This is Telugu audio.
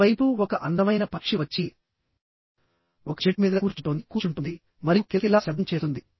ఈ వైపు ఒక అందమైన పక్షి వచ్చి ఒక చెట్టు మీద కూర్చుంటోంది కూర్చుంటోంది మరియు కిలకిలా శబ్దం చేస్తుంది